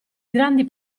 grandi